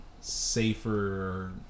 safer